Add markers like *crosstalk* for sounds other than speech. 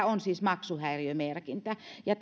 *unintelligible* on siis maksuhäiriömerkintä ja *unintelligible*